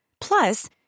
Plus